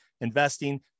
investing